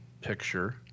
picture